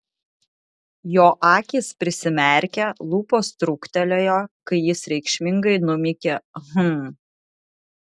jo akys prisimerkė lūpos truktelėjo kai jis reikšmingai numykė hm